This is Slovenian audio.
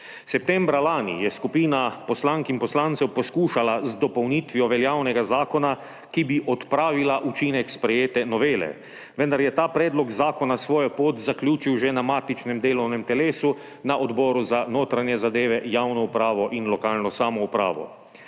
Septembra lani je skupina poslank in poslancev poskušala z dopolnitvijo veljavnega zakona, ki bi odpravila učinek sprejete novele, vendarje ta predlog zakona svojo pot zaključil že na matičnem delovnem telesu, na Odboru za notranje zadeve, javno upravo in lokalno samoupravo.